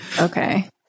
Okay